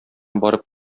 барып